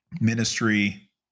ministry